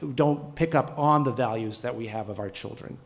who don't pick up on the values that we have of our children